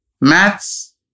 maths